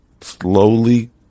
slowly